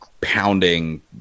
pounding